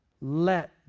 let